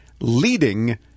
leading